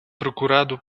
procurado